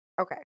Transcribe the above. okay